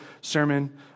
sermon